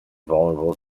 vulnerable